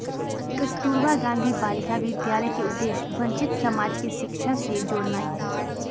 कस्तूरबा गांधी बालिका विद्यालय के उद्देश्य वंचित समाज के शिक्षा से जोड़नाइ हइ